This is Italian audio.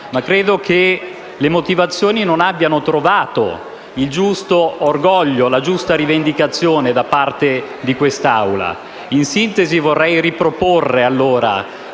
però che le motivazioni non abbiano trovato il giusto orgoglio, la giusta rivendicazione da parte di quest'Aula. In sintesi vorrei quindi riproporre quali